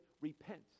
repent